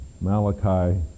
Malachi